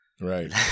Right